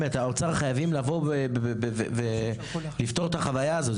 האוצר באמת חייבים לבוא ולפתור את החוויה הזו.